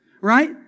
right